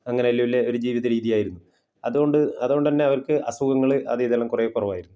അങ്ങനെയെല്ലാമില്ലേ ഒരു ജീവിതരീതിയായിരുന്നു അതുകൊണ്ട് അതുകൊണ്ടുതന്നെ അവർക്ക് അസുഖങ്ങള് അത് ഇതെല്ലാം കുറേ കുറവായിരുന്നു